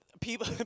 people